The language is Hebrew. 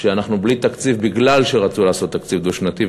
שאנחנו בלי תקציב מפני שרצו לעשות תקציב דו-שנתי,